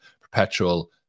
perpetual